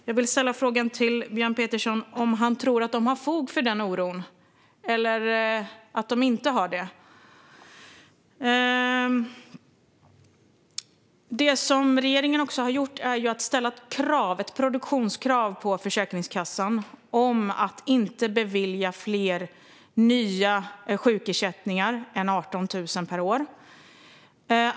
Jag vill ställa en fråga till Björn Petersson: Tror han att de har fog för denna oro eller inte? Regeringen har också ställt krav - ett produktionskrav - på Försäkringskassan på att inte bevilja fler än 18 000 nya sjukersättningar per år.